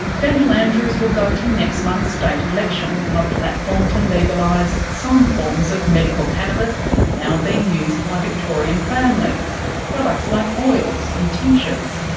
daniel andrews will go to next month's state election on a platform to legalise some forms of medical cannabis now being used by victorian families, products like oils and tinctures.